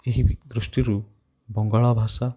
ଏହି ବି ଦୃଷ୍ଟିରୁ ବଙ୍ଗଳା ଭାଷା